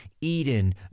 Eden